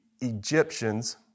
Egyptians